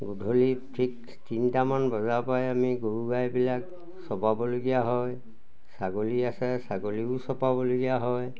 গধূলি ঠিক তিনিটামান বজাৰপৰাই আমি গৰু গাইবিলাক চপাবলগীয়া হয় ছাগলী আছে ছাগলীও চপাবলগীয়া হয়